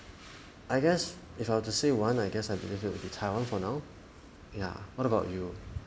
I guess if I were to say one I guess I believe it will be taiwan for now ya what about you